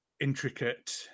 intricate